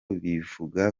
bivuga